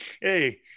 Hey